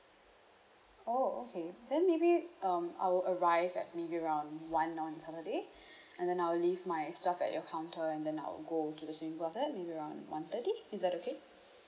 oh okay then maybe um I will arrive at maybe around one on saturday and then I will leave my stuff at your counter and then I'll go to the swimming pool after that maybe around one thirty is that okay